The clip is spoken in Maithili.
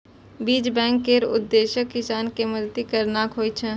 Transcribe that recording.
बीज बैंक केर उद्देश्य किसान कें मदति करनाइ होइ छै